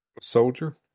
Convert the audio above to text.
Soldier